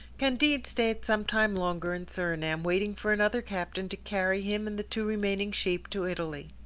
candide stayed some time longer in surinam, waiting for another captain to carry him and the two remaining sheep to italy.